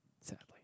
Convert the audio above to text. Sadly